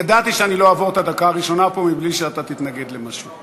ידעתי שאני לא אעבור את הדקה הראשונה כאן בלי שאתה תתנגד למשהו.